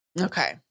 Okay